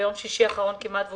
ביום שישי האחרון כמעט אושפזתי,